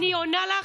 אני עונה לך בלי,